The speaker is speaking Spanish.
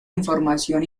información